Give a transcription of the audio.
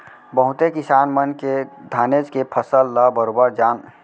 बहुते किसान मन के धानेच के फसल ल बरोबर जान